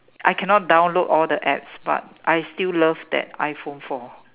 I cannot download all the apps but I still love that iPhone four